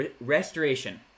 Restoration